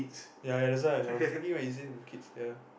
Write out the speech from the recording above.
ya ya that's why I was thinking when you say with kids ya